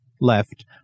left